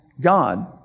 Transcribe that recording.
God